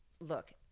look